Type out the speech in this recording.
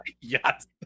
Yes